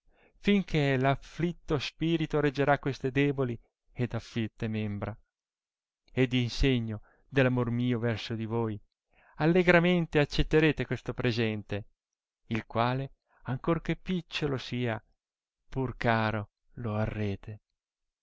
fin che r afflitto spirito reggerà queste deboli ed afflitte membra ed in segno dell amor mio verso di voi allegramente accettarete questo presente il quale ancor che picciolo sia pur caro lo arrete